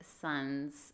son's